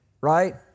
right